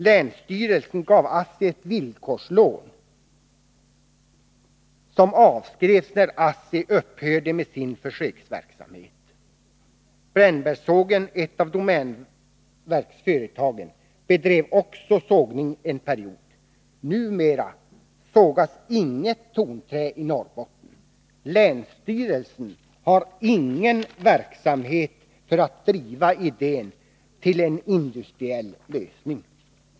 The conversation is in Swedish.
Länsstyrelsen gav ASSI ett villkorslån, som avskrevs när ASSI upphörde med sin försöksverksamhet. Brännbergssågen, ett av domänverksföretagen, bedrev också sågning en period. Numera sågas inget tonträ i Norrbotten. Länsstyrelsen har ingen verksamhet i gång för att driva idén till en industriell lösning.